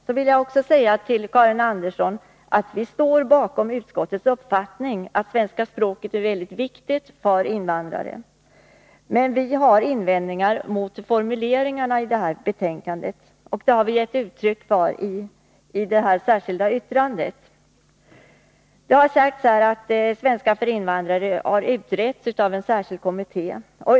Jag vill säga till Karin Andersson att vi står bakom utskottets uppfattning att svenska språket är mycket viktigt för invandrare. Men vi har invändningar mot formuleringarna i betänkandet, och det har vi gett uttryck för i detta särskilda yttrande. Det har här sagts att svenska för invandrare har utretts av en särskild kommitté.